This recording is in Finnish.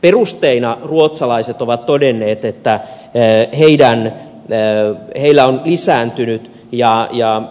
perusteina ruotsalaiset ovat todenneet että heillä on rikollisuus lisääntynyt ja